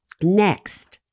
next